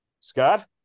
Scott